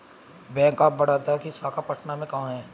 Bank of Baroda की शाखा पटना में कहाँ है?